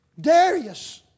Darius